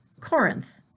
Corinth